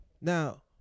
Now